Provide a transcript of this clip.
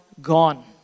gone